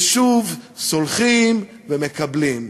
ושוב סולחים ומקבלים.